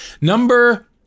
Number